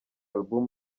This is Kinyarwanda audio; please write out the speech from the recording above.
album